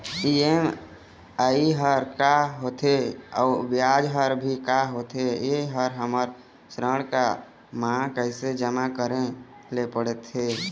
EMI हर का होथे अऊ ब्याज हर भी का होथे ये हर हमर ऋण मा कैसे जमा करे ले पड़ते?